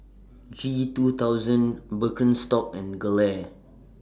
G two thousand Birkenstock and Gelare